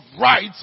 rights